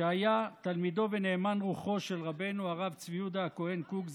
שהיה תלמידו ונאמן רוחו של רבנו הרב צבי יהודה הכהן קוק,